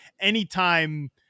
anytime